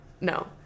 No